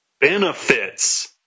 Benefits